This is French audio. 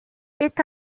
est